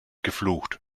geflucht